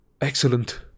Excellent